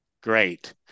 Great